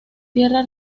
tierra